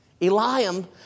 Eliam